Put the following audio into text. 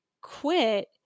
quit